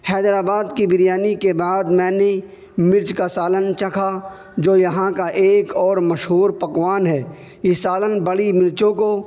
حیدر آباد کی بریانی کے بعد میں نے مرچ کا سالن چکھا جو یہاں کا ایک اور مشہور پکوان ہے یہ سالن بڑی مرچوں کو